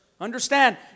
Understand